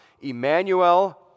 Emmanuel